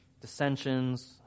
dissensions